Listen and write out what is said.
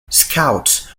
scouts